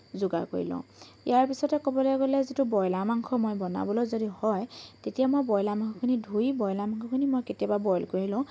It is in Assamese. যোগাৰ কৰি লওঁ ইয়াৰ পিছতে ক'বলৈ গ'লে যিটো ব্ৰইলাৰ মাংস মই বনাবলৈ যদি হয় তেতিয়া মই ব্ৰইলাৰ মাংসখিনি ধুই ব্ৰইলাৰ মাংসখিনি মই কেতিয়াবা বইল কৰি লওঁ